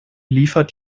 liefert